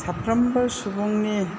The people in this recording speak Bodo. साफ्रोमबो सुबुंनि